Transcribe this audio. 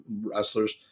wrestlers